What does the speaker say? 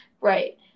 right